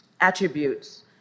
attributes